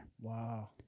Wow